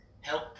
help